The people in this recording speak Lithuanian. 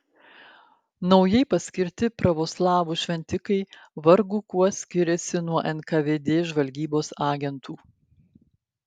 naujai paskirti pravoslavų šventikai vargu kuo skiriasi nuo nkvd žvalgybos agentų